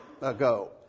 ago